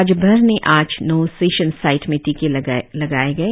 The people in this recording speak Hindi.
राज्यभर ने आज नौ सेसन साईट में टिके लगाए गए